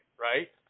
right